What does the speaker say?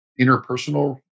interpersonal